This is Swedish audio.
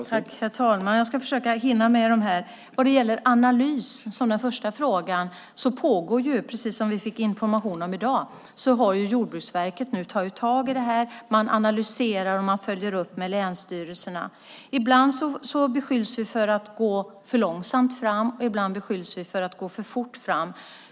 Herr talman! Jag ska försöka hinna med att besvara frågorna. Vad gäller analys, den första frågan, har Jordbruksverket nu tagit tag i det här, som vi fick information om i dag. Man analyserar och gör uppföljningar med länsstyrelserna. Ibland beskylls vi för att gå för långsamt fram och ibland för att gå för fort fram.